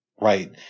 right